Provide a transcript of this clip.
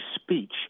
speech